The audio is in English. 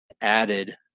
added